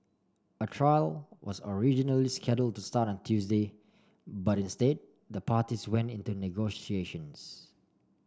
a trial was originally scheduled to start on Tuesday but instead the parties went into negotiations